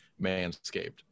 manscaped